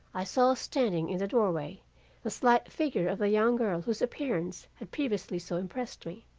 i saw standing in the doorway the slight figure of the young girl whose appearance had previously so impressed me.